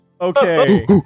Okay